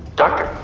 doctor,